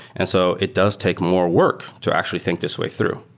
and so it does take more work to actually think this way through.